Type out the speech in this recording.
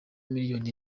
miliyoni